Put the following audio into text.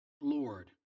Lord